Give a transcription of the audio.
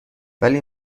ولی